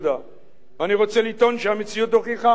אני רוצה לטעון שהמציאות הוכיחה אחרת: